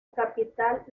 capital